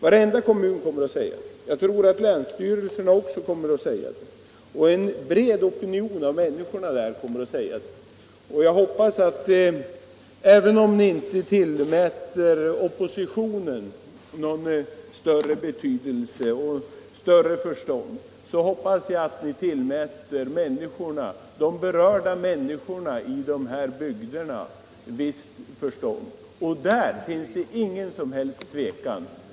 Varenda kommun kommer att säga det, jag tror att länsstyrelserna kommer att säga det och en bred opinion bland människorna där kommer att säga det. Även om ni inte tillmäter oppositionen något större förstånd hoppas jag att ni tillmäter de berörda människorna i de här bygderna visst förstånd. Där finns det ingen som helst tvekan.